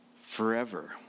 forever